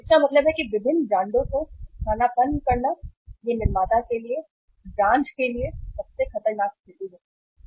तो इसका मतलब है कि विभिन्न ब्रांडों को स्थानापन्न करना यह निर्माता के लिए ब्रांड के लिए सबसे खतरनाक स्थिति है